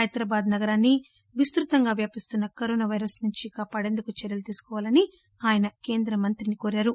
హైదరాబాద్ నగరంలో విస్తృతంగా వ్యాపిస్తున్న కరోనా పైరస్ నుంచి ప్రజలను కాపాడేందుకు చర్యలు తీసుకోవాలని ఆయన కేంద్రమంత్రిని కోరారు